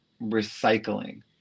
recycling